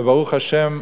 וברוך השם,